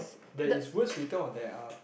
there is words written or there are